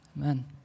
amen